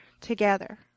together